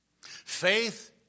Faith